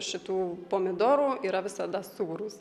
šitų pomidorų yra visada sūrūs